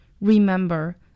Remember